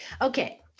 Okay